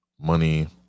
money